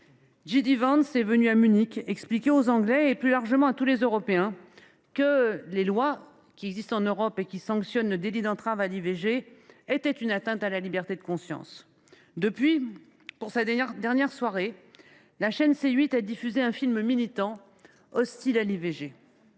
J. D. Vance est venu à Munich expliquer aux Britanniques et, plus largement, à tous les Européens que les lois qui existent en Europe et qui sanctionnent le délit d’entrave à l’IVG étaient une atteinte à la liberté de conscience. Depuis, pour sa dernière soirée, la chaîne C8 a diffusé un film militant hostile à l’IVG.